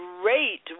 great